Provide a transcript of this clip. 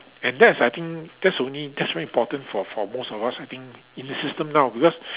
and that's I think that's only that's very important for for most of us I think in the system now because